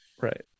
right